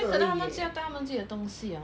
then 等于他们要带自己的东西 ah